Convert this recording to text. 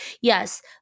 Yes